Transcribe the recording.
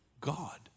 God